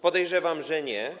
Podejrzewam, że nie.